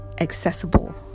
accessible